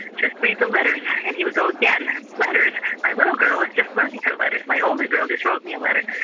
just read the letters and he would go again, letters? my little girl is just learning her letters, my older girl just wrote me a letter,